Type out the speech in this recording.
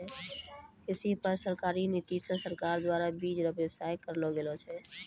कृषि पर सरकारी नीति मे सरकार द्वारा बीज रो वेवस्था करलो गेलो छै